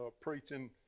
preaching